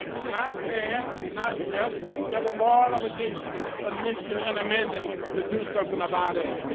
not fair, not just, you have a moral obligation, a mission and a mandate to do something about it!